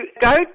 go